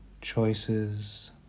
choices